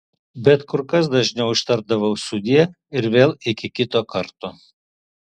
bet kur kas dažniau ištardavau sudie ir vėl iki kito karto